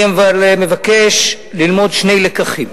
אבל אני מבקש ללמוד שני לקחים.